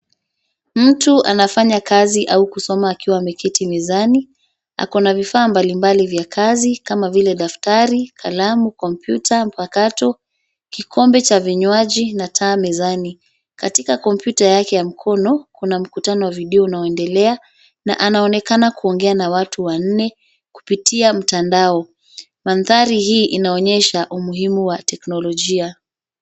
Mtu anafanya kazi au kusoma akiwa ameketi mezani na ako na ako vifaa mbalimbali vya kazi kama vile daftari, kalamu, kompyuta mpakato, kikombe cha vinywaji na taa mezani. Katika kompyuta yake ya mkono kuna mkutano wa video unaoendelea na anaonekana kuongea na watu wanne kupitia mtandao. Mandhari hii inaonyesha umuhimu wa teknolojia.